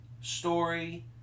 story